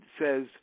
says